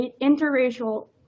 interracial